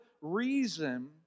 reason